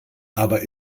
aber